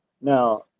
Now